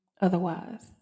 otherwise